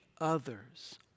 other's